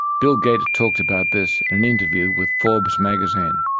bill gates talked about this in an interview with forbes magazine.